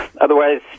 Otherwise